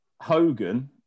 Hogan